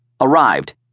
arrived